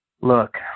Look